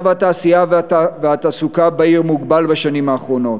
מצב התעשייה והתעסוקה בעיר מוגבל בשנים האחרונות.